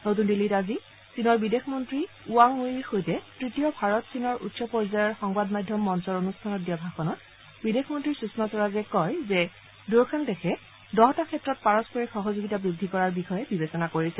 নতুন দিল্লীত আজি চীনৰ বিদেশ মন্ত্ৰী বাং উয়িৰ সৈতে তৃতীয় ভাৰত চীনৰ উচ্চ পৰ্যায়ৰ মিডিয়া সংবাদ মাধ্যম মঞ্চৰ অনুষ্ঠানত দিয়া ভাষণত বিদেশমন্তী সুষমা স্বৰাজে কয় যে দুয়োখন দেশে দহটা ক্ষেত্ৰত পাৰস্পৰিক সহযোগিতা বৃদ্ধি কৰাৰ বিষয়ে বিবেচনা কৰিছে